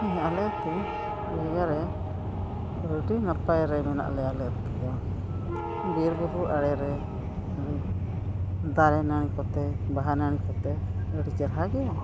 ᱟᱞᱮ ᱟᱹᱛᱩ ᱡᱟᱭᱜᱟ ᱨᱮ ᱟᱹᱰᱤ ᱱᱟᱯᱟᱭ ᱨᱮ ᱢᱮᱱᱟᱜ ᱞᱮᱭᱟ ᱟᱞᱮ ᱟᱹᱛᱩ ᱫᱚ ᱵᱤᱨᱼᱵᱩᱨᱩ ᱟᱬᱮ ᱨᱮ ᱫᱟᱨᱮ ᱱᱟᱹᱲᱤ ᱠᱚᱛᱮ ᱵᱟᱦᱟ ᱱᱟᱹᱲᱤ ᱠᱚᱛᱮ ᱟᱹᱰᱤ ᱪᱮᱦᱨᱟ ᱜᱮ